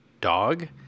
dog